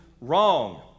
wrong